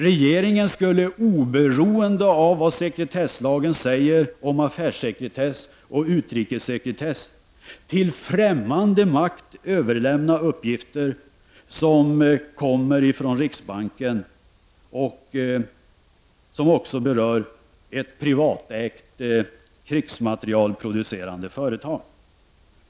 Regeringen skulle oberoende av vad sekretesslagen säger om affärssekretess och utrikessekretess till fträmmande makt överlämna uppgifter som kommer från riksbanken och som också berör ett privatägt krigsmaterielproducerande företag.